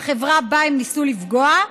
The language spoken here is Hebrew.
החברה שבה הם ניסו לפגוע.